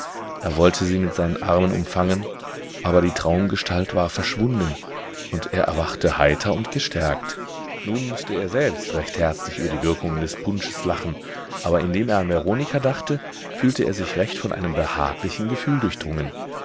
er wollte sie mit seinen armen umfangen aber die traumgestalt war verschwunden und er erwachte heiter und gestärkt nun mußte er selbst recht herzlich über die wirkungen des punsches lachen aber indem er an veronika dachte fühlte er sich recht von einem behaglichen gefühl durchdrungen